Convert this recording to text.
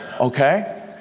Okay